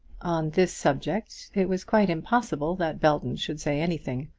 this subject it was quite impossible that belton should say anything.